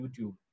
YouTube